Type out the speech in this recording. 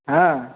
হ্যাঁ